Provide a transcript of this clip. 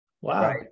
wow